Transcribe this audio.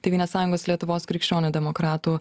tėvynės sąjungos lietuvos krikščionių demokratų